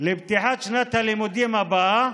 לפתיחת שנת הלימודים הבאה